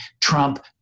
Trump